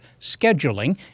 scheduling